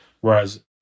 Whereas